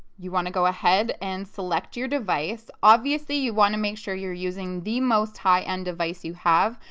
you want to go ahead and select your device, obviously you want to make sure you're using the most high-end device you have.